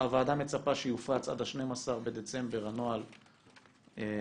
הוועדה מצפה שיופץ עד ה-12 בדצמבר הנוהל החדש,